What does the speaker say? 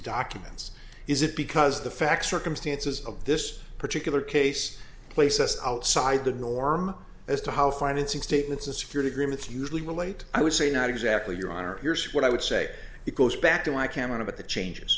documents is it because the facts circumstances of this particular case place us outside the norm as to how financing statements of security agreements usually relate i would say not exactly your honor here's what i would say it goes back to my canon about the changes